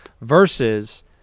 versus